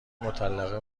مطلقه